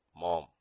Mom